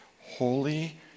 holy